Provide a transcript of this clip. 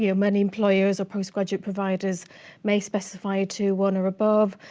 you know many employers or post-graduate providers may specify to one or above,